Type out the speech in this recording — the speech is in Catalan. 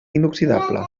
inoxidable